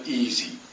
easy